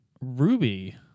Ruby